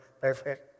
perfect